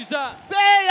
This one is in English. Say